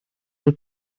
wyt